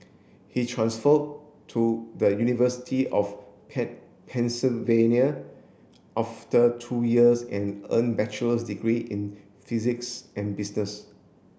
he transfer to the University of Pennsylvania after two years and earn bachelor's degree in physics and business